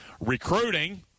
Recruiting